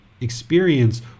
experience